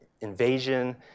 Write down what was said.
invasion